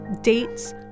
dates